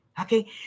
Okay